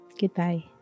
Goodbye